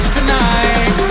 Tonight